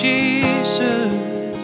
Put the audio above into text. Jesus